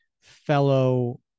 fellow